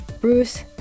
Bruce